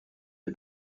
est